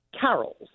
carols